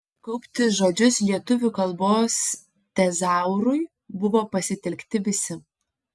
kaupti žodžius lietuvių kalbos tezaurui buvo pasitelkti visi